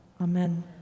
amen